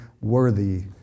worthy